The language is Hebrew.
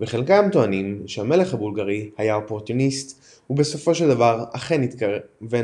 וחלקם טוענים שהמלך הבולגרי היה אופורטוניסט ובסופו של דבר אכן התכוון